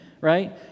right